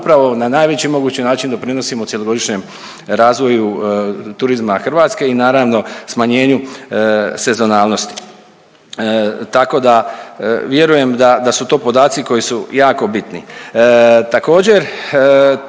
upravo na najveći mogući način doprinosima cjelogodišnjem razvoju turizma Hrvatske i naravno smanjenju sezonalnosti tako da vjerujem da, da su to podaci koji su jako bitni.